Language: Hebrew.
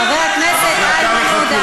חבר הכנסת איימן עודה,